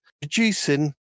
producing